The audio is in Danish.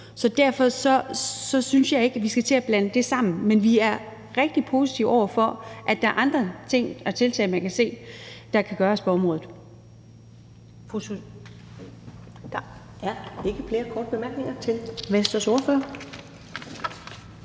så derfor synes jeg ikke, at vi skal til at blande det sammen. Men vi er rigtig positive over for, at der er andre ting, man kan se på, og andre tiltag, der kan tages på området.